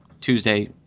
Tuesday